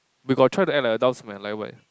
we got try to act like adults in my life what